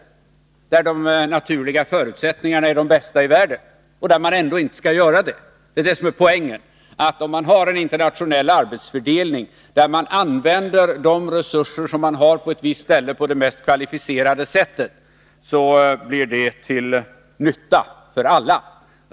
Där är de naturliga förutsättningarna de bästa i världen men man bör ändå inte göra det. Poängen är att om man har en internationell arbetsfördelning där man använder de resurser som finns på ett visst ställe på det mest kvalificerade sättet, blir det till nytta för alla.